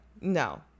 no